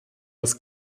das